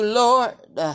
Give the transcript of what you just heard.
lord